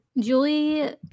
julie